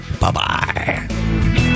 Bye-bye